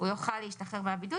הוא יוכל להשתחרר מהבידוד,